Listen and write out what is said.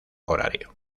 horario